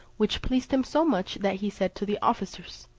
which pleased him so much that he said to the officers,